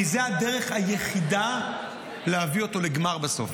כי זאת הדרך היחידה להביא אותם לגמר בסוף.